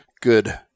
good